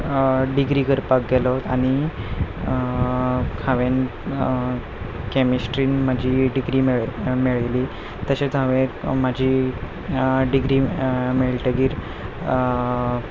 degree करपाक गेलो आनी हांवें कॅमिस्ट्रींत म्हजी डिग्री मेळयली तशेंच हांवें म्हजी डिग्री मेळटकच